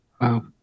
Wow